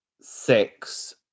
six